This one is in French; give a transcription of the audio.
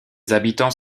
habitants